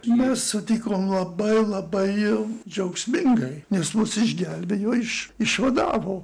mes sutikom labai labai džiaugsmingai nes mus išgelbėjo iš išvadavo